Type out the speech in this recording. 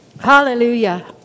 Hallelujah